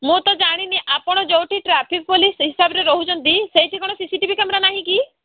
ମୁଁ ତ ଜାଣିନି ଆପଣ ଯେଉଁଠି ଟ୍ରାଫିକ୍ ପୋଲିସ୍ ହିସାବରେ ରହୁଛନ୍ତି ସେଇଠି କ'ଣ C C T V camera ନାହିଁ କି